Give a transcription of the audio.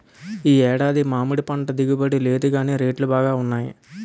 ఈ ఏడాది మామిడిపంట దిగుబడి లేదుగాని రేటు బాగా వున్నది